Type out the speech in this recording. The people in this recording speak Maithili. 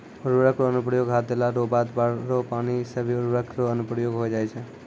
उर्वरक रो अनुप्रयोग खाद देला रो बाद बाढ़ रो पानी से भी उर्वरक रो अनुप्रयोग होय जाय छै